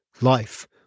Life